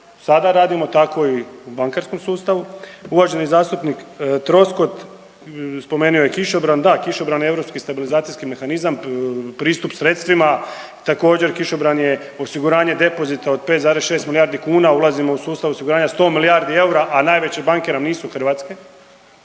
sada radimo, tako i u bankarskom sustavu. Uvaženi zastupnik Troskot spomenuo je kišobran. Da, kišobran je europski stabilizacijski mehanizam, pristup sredstvima. Također, kišobran je osiguranje depozita od 5,6 milijardi kuna. Ulazimo u sustav osiguranja sto milijardi eura, a najveće banke nam nisu hrvatske.